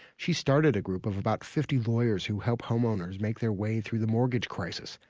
she started a group of about fifty lawyers who help home owners make their way through the mortgage crisis.